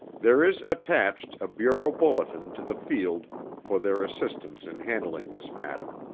there is attached a bureau bulletin to the field for their assistance in handling this matter.